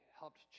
helped